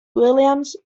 williams